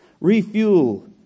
refuel